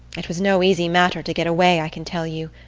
it was no easy matter to get away, i can tell you.